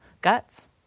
guts